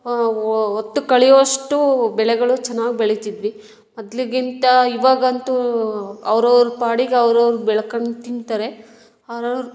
ಹೊತ್ತು ಕಳೆಯುವಷ್ಟು ಬೆಳೆಗಳು ಚೆನ್ನಾಗಿ ಬೆಳೀತಿದ್ವಿ ಮೊದಲಿಗಿಂತ ಇವಾಗಂತೂ ಅವ್ರ ಅವ್ರ ಪಾಡಿಗೆ ಅವ್ರು ಅವ್ರು ಬೆಳಕೊಂಡು ತಿಂತಾರೆ ಅವ್ರವ್ರು